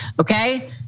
Okay